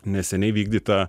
neseniai vykdyta